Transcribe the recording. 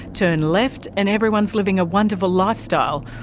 turn left and everyone's living a wonderful lifestyle,